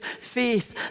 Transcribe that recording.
faith